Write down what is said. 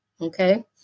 okay